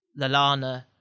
Lalana